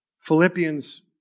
Philippians